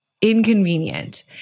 inconvenient